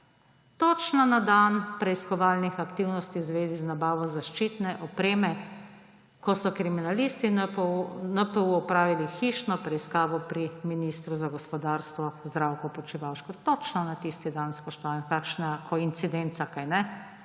Točno na dan preiskovalnih aktivnosti v zvezi z nabavo zaščitne opreme, ko so kriminalisti NPU opravili hišno preiskavo pri ministru za gospodarstvo Zdravku Počivalška. Točno na tisti dan, spoštovani! Kakšna koincidenca ali ne?